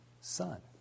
son